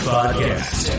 Podcast